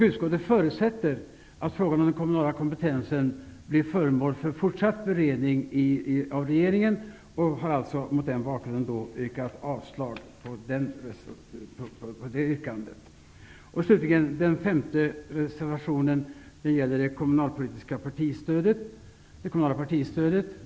Utskottet har mot denna bakgrund avstyrkt detta yrkande.